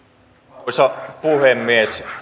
arvoisa puhemies